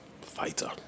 fighter